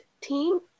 team